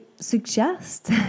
suggest